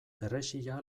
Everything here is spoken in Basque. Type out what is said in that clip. perrexila